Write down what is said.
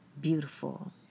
beautiful